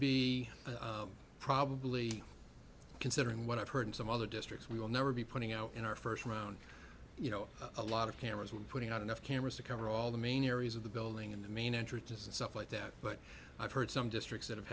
be probably considering what i've heard in some other districts we will never be putting out in our first round you know a lot of cameras were putting out enough cameras to cover all the main areas of the building in the main entry just stuff like that but i've heard some districts that have